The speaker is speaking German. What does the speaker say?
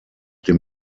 dem